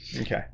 Okay